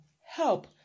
help